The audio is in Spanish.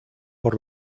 por